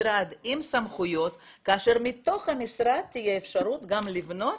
משרד עם סמכויות כאשר מתוך המשרד תהיה אפשרות גם לבנות